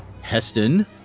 Heston